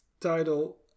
title